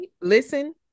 listen